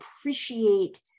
appreciate